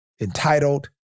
entitled